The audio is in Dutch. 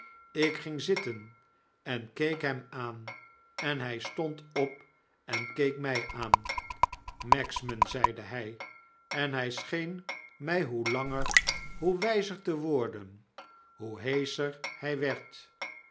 ik ging zitten en keek hem aan en hy stond op en keek my aan magsman zeide hy en hy scheen my hoe langer hoe wyzer te worden hoe heescher hij werd